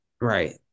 Right